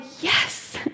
yes